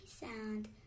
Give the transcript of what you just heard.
sound